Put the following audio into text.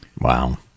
Wow